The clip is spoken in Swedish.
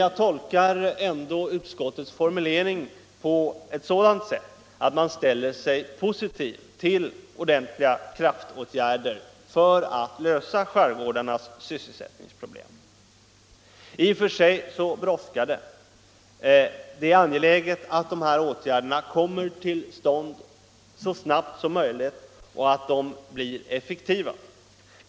Jag tolkar utskottets formulering så att utskottet ställer sig positivt till kraftåtgärder för att lösa skärgårdarnas sysselsättningsproblem. I och för sig brådskar det. Det är angeläget att åtgärderna kommer till stånd så snabbt som möjligt och att de blir effektiva.